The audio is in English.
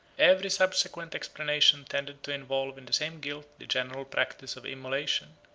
every subsequent explanation tended to involve in the same guilt the general practice of immolation,